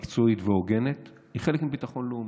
מקצועית והוגנת היא חלק מביטחון לאומי.